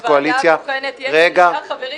-- אבל בוועדה הבוחנת יש מספר חברים מלשכת עורכי הדין.